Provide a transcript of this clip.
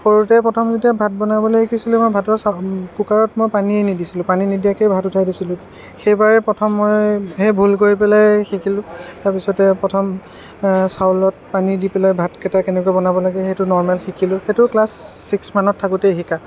সৰুতে প্ৰথম যেতিয়া ভাত বনাবলৈ শিকিছিলোঁ মই ভাতৰ চাউ কুকাৰত মই পানীয়ে নিদিছিলোঁ পানী নিদিয়াকেই উঠাই দিছিলোঁ সেইবাৰেই প্ৰথম মই সেই ভুল কৰি পেলাইয়ে শিকিলোঁ তাৰপিছতে প্ৰথম চাউলত পানী দি পেলাই ভাতকেইটা কেনেকৈ বনাব লাগে সেইটো নৰ্মেল শিকিলোঁ সেইটো ক্লাছ ছিক্স মানত থাকোঁতেই শিকা